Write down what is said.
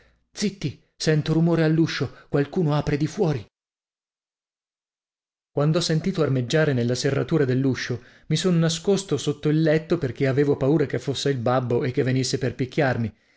zitti sento rumore all'uscio qualcuno apre di fuori quand'ho sentito armeggiare nella serratura dell'uscio mi son nascosto sotto il letto perché avevo paura che fosse il babbo e che venisse per picchiarmi